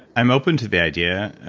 i'm open to the idea,